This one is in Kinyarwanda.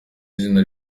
izuba